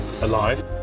alive